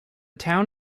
town